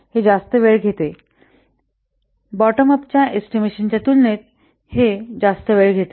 हे जास्त वेळ घेते बॉटम अपच्या एस्टिमेशनाच्या तुलनेत हे जास्त वेळ घेते